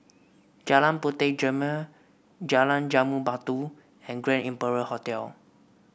Jalan Puteh Jerneh Jalan Jambu Batu and Grand Imperial Hotel